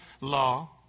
law